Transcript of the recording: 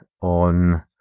on